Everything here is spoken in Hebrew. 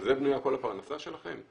על זה בנויה כל הפרנסה שלכם?